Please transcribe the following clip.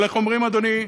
אבל איך אומרים, אדוני,